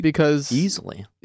easily